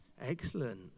Excellent